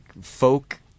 folk